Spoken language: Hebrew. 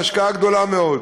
בהשקעה גדולה מאוד.